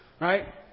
right